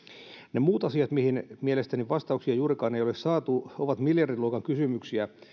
ne muut asiat mihin mielestäni vastauksia juurikaan ei ole saatu ovat miljardiluokan kysymyksiä